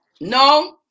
No